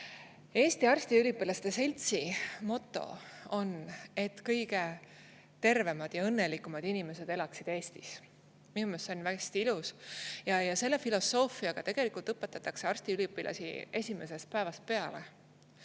Arstiteadusüliõpilaste Seltsi moto on, et kõige tervemad ja õnnelikumad inimesed elaksid Eestis. Minu meelest see on hästi ilus. Selle filosoofiaga tegelikult õpetatakse arstiüliõpilasi esimesest päevast peale.